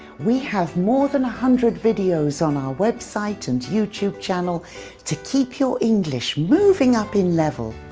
we have more than a hundred videos on our website and youtube channel to keep your english moving up in level.